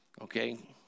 Okay